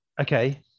okay